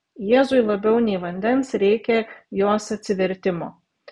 jėzui labiau nei vandens reikia jos atsivertimo